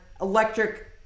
electric